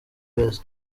beza